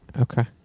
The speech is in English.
Okay